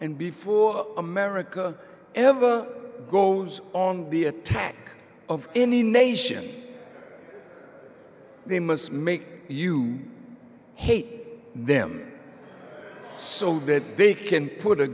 and before america ever goes on the attack of any nation they must make you hate them so that they can put a